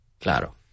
Claro